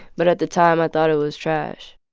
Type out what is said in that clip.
but at the time, i thought it was trash